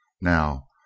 Now